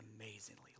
amazingly